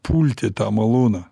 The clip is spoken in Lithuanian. pulti tą malūną